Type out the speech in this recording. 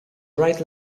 right